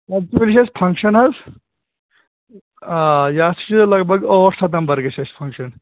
اٮ۪کچُؤلی چھُ اَسہِ فَنٛکشَن حظ آ یہِ حظ چھِ لگ بگ ٲٹھ سٮ۪پٹٮ۪مبَر گَژھِ اَسہِ فَنٛکشَن